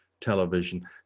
television